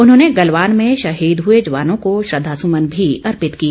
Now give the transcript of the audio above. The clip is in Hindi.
उन्होंने गलवान में शहीद हुए जवानों को श्रद्धा सुमन भी अर्पित किए